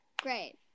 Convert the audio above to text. Great